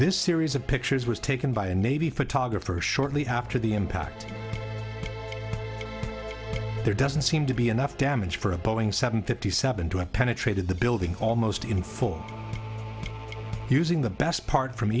this series of pictures was taken by a navy photographer shortly after the impact there doesn't seem to be enough damage for a boeing seven fifty seven to have penetrated the building almost in for using the best part from